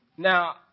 Now